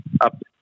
up